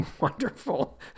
wonderful